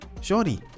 shorty